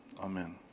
amen